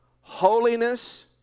Holiness